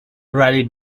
rally